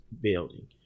building